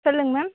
சொல்லுங்க மேம்